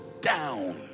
down